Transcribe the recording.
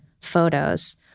photos